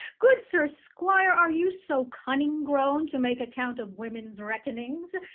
good sir squire, are you so cunning grown to make account of women's reckonings?